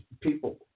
people